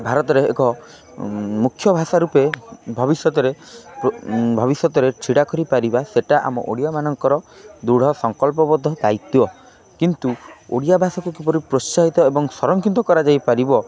ଭାରତରେ ଏକ ମୁଖ୍ୟ ଭାଷା ରୂପେ ଭବିଷ୍ୟତରେ ଭବିଷ୍ୟତରେ ଛିଡ଼ା କରିପାରିବା ସେଇଟା ଆମ ଓଡ଼ିଆମାନଙ୍କର ଦୃଢ଼ ସଂକଳ୍ପବୋଧ ଦାୟିତ୍ୱ କିନ୍ତୁ ଓଡ଼ିଆ ଭାଷାକୁ କିପରି ପ୍ରୋତ୍ସାହିତ ଏବଂ ସଂରକ୍ଷିତ କରାଯାଇପାରିବ